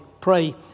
pray